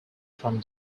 from